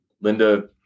Linda